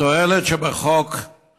התועלת שבחוק היא